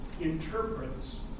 interprets